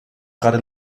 gerade